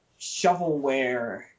shovelware